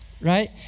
right